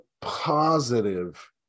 positive